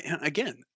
again